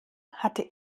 hatte